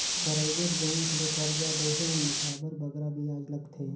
private bank ले करजा लेहे में काबर बगरा बियाज लगथे